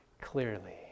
clearly